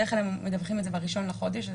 בדרך כלל הם מדווחים ב-1 בחודש.